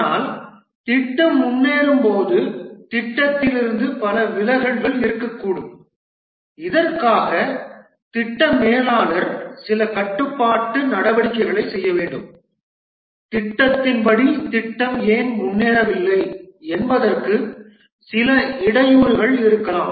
ஆனால் திட்டம் முன்னேறும்போது திட்டத்திலிருந்து பல விலகல்கள் இருக்கக்கூடும் இதற்காக திட்ட மேலாளர் சில கட்டுப்பாட்டு நடவடிக்கைகளைச் செய்ய வேண்டும் திட்டத்தின் படி திட்டம் ஏன் முன்னேறவில்லை என்பதற்கு சில இடையூறுகள் இருக்கலாம்